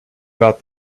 about